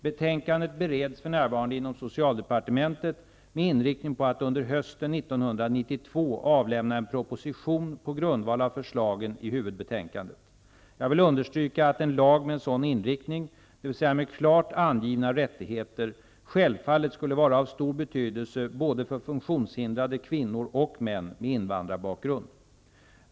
Betänkandet bereds för närvarande inom socialdepartementet med inriktning på att under hösten 1992 avlämna en proposition på grundval av förslagen i huvudbetänkandet. Jag vill understryka att en lag med en sådan inriktning -- dvs. med klart angivna rättigheter -- självfallet skulle vara av stor betydelse både för funktionshindrade kvinnor och män med invandrarbakgrund.